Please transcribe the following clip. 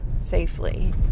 safely